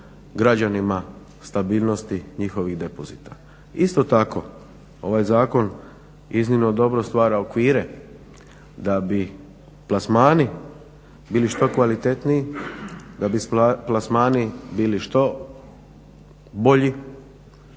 građanima stabilnosti njihovih depozita. Isto tako ovaj zakon iznimno dobro stvara okvire da bi plasmani bili što kvalitetniji, da bi plasmani bili što bolji,